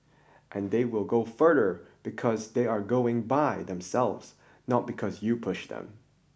and they will go further because they are going by themselves not because you pushed them